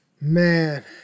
Man